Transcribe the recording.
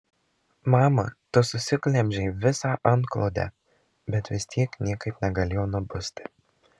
mama tu susiglemžei visą antklodę bet vis tiek niekaip negalėjo nubusti